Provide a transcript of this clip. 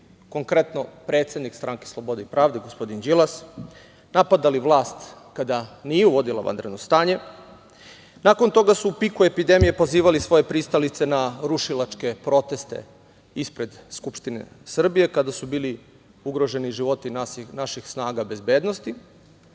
konkretno predsednik Stranke slobode i pravde gospodin Đilas, napadali vlast kada nije uvodila vanredno stanje. Nakon toga su u piku epidemije pozivali svoje pristalice na rušilačke proteste ispred Skupštine Srbije, kada su bili ugroženi životi naših snaga bezbednosti,